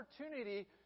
opportunity